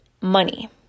money